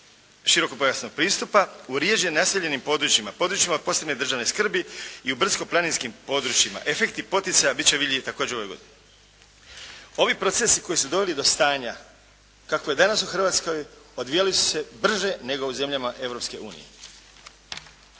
širokopojasnog pristupa uvriježen u naseljenim područjima, područjima od posebne državne skrbi i u brdsko-planinskim područjima. Efekti poticaja biti će vidljivi također ove godine. Ovi procesi koji su doveli do stanja, kako je danas u Hrvatskoj, odvijali su se brže nego u zemljama